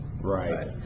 Right